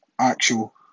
actual